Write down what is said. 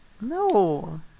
No